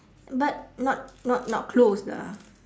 but not not not close lah